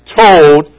told